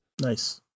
Nice